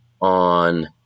on